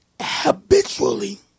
habitually